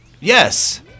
Yes